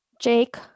Jake